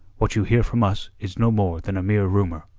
what you hear from us is no more than a mere rumour.